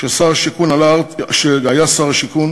כשר השיכון